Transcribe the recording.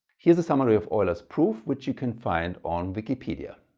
here's a summary of euler's proof which you can find on wikipedia.